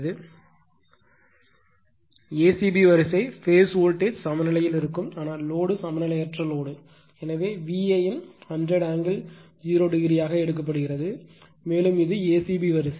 a c b வரிசை phase voltage சமநிலையில் இருக்கும் ஆனால் லோடு சமநிலையற்ற லோடு எனவே VAN 100 ஆங்கிள் 0 o ஆக எடுக்கப்படுகிறது மேலும் இது a c b வரிசை